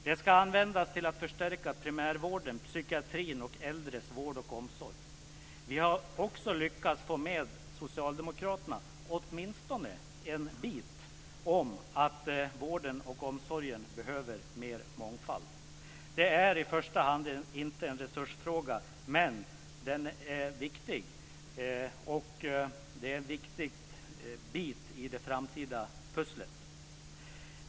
Det ska användas till att förstärka primärvården, psykiatrin och äldres vård och omsorg. Vi har också lyckats få med socialdemokraterna, åtminstone en bit, på att vården och omsorgen behöver mer mångfald. Det är i första hand inte en resursfråga, men den är viktig. Det är en viktig bit i det framtida pusslet.